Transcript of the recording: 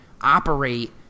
operate